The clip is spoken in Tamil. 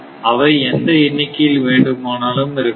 அவை எந்த எண்ணிக்கையில் வேண்டுமானாலும் இருக்கலாம்